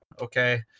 okay